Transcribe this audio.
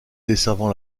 desservant